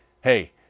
Hey